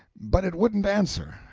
but it wouldn't answer,